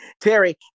Terry